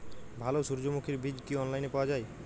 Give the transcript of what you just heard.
ভালো সূর্যমুখির বীজ কি অনলাইনে পাওয়া যায়?